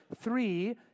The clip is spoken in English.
three